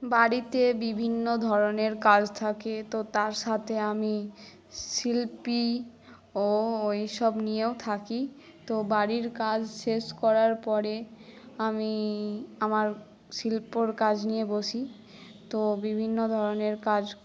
বাড়িতে বিভিন্ন ধরনের কাজ থাকে তো তার সাথে আমি শিল্পী ও ওই সব নিয়েও থাকি তো বাড়ির কাজ শেষ করার পরে আমি আমার শিল্পর কাজ নিয়ে বসি তো বিভিন্ন ধরনের কাজ